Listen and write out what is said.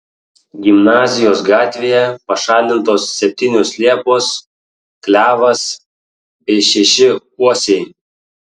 gimnazijos gatvėje pašalintos septynios liepos klevas bei šeši uosiai